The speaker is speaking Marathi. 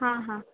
हां हां